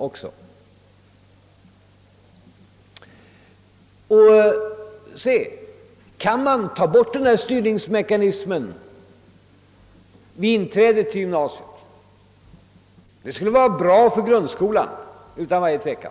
Om man kunde avskaffa styrningsmekanismen vid inträdet till gymnasium skulle detta utan varje tvivel också vara bra för